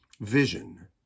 vision